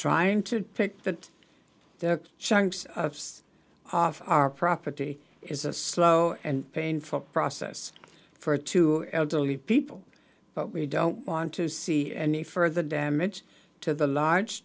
trying to pick that the shanks off our property is a slow and painful process for two elderly people but we don't want to see any further damage to the large